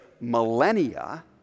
millennia